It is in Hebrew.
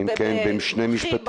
אני ממש מבקשת ממך --- בחייך,